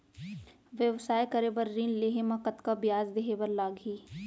व्यवसाय करे बर ऋण लेहे म कतना ब्याज देहे बर लागही?